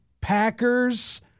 Packers